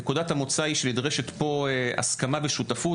נקודת המוצא היא שנדרשת פה הסכמה ושותפות,